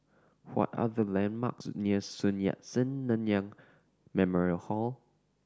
what are the landmarks near Sun Yat Sen Nanyang Memorial Hall